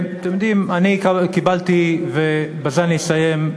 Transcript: אתם יודעים, אני קיבלתי, ובזה אני אסיים,